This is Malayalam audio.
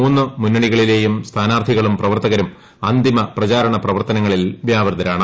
മൂന്ന് മുന്നണികളിലെയും സ്ഥാനാർത്ഥികളും പ്രവർത്തകരും അന്തിമ പ്രചാരണ പ്രവർത്തനങ്ങളിൽ വ്യാപൃതരാണ്